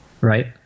Right